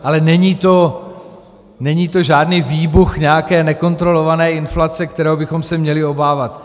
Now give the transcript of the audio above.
Ale není to žádný výbuch nějaké nekontrolované inflace, kterého bychom se měli obávat.